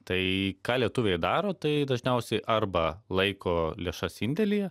tai ką lietuviai daro tai dažniausiai arba laiko lėšas indėlyje